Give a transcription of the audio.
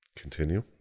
Continue